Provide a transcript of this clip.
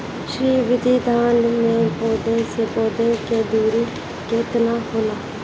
श्री विधि धान में पौधे से पौधे के दुरी केतना होला?